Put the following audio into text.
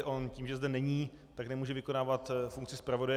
On tím, že zde není, nemůže vykonávat funkci zpravodaje.